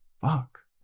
fuck